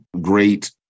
great